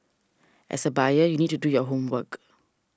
as a buyer you need to do your homework